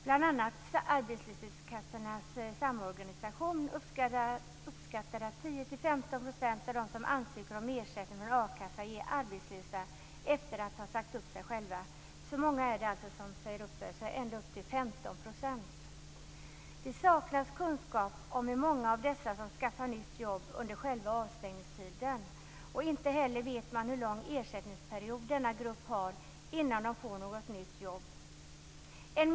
Bl.a. uppskattade Arbetslöshetskassornas samorganisation att 10-15 % av de som ansöker om ersättning från a-kassa är arbetslösa efter att ha sagt upp sig själva. Så många är det alltså som säger upp sig själva - ända upp till 15 %. Det saknas kunskap om hur många av dessa som skaffar nytt jobb under själva avstängningstiden. Inte heller vet man hur lång ersättningsperiod denna grupp har innan de får något nytt jobb.